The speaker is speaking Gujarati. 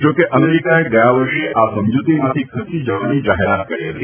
જો કે અમેરીકાએ ગયા વર્ષે આ સમજૂતીમાંથી ખસી જવાની જાહેરાત કરી હતી